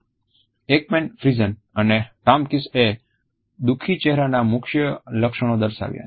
Ekman Friesen અને ટોમકિંસએ દુઃખી ચેહરાના મુખ્ય લક્ષણો દર્શાવ્યા છે